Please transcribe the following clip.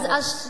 אז שני משפטים.